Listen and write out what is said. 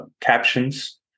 captions